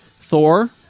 Thor